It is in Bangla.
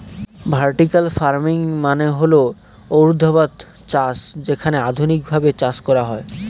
ভার্টিকাল ফার্মিং মানে হল ঊর্ধ্বাধ চাষ যেখানে আধুনিকভাবে চাষ করা হয়